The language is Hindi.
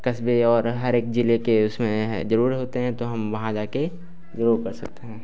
कस्बे और हर एक जिले के उसमें हैं जरूर होते हैं तो हम वहाँ जाके ग्रो कर सकते हैं